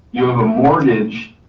you have a mortgage